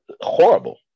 horrible